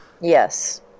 Yes